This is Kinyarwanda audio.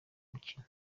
mukino